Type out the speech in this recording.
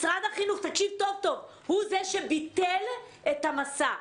תקשיב טוב-טוב: משרד החינוך הוא זה שביטל את המסע,